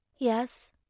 yes